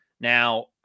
Now